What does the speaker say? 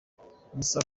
moussa